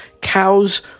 Cows